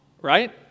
right